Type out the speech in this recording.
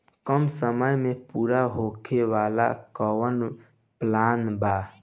कम समय में पूरा होखे वाला कवन प्लान बा?